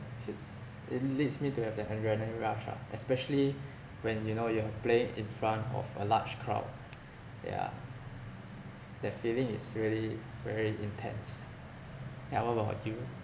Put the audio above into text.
hits it leads me to have that adrenaline rush ah especially when you know you are playing in front of a large crowd yeah that feeling is really very intense yeah what about you